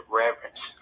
reverence